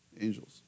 Angels